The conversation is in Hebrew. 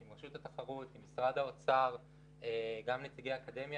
רשות התחרות, משרד האוצר, הבאנו גם נציגי אקדמיה,